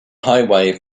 highway